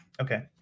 Okay